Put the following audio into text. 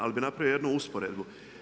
Ali bih napravio jednu usporedbu.